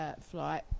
flight